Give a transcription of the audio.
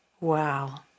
Wow